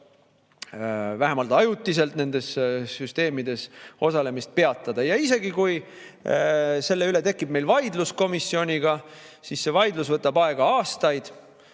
vähemalt ajutiselt nendes süsteemides osalemist peatada. Ja isegi kui selle üle tekib meil vaidlus komisjoniga, siis see vaidlus võtab aega aastaid.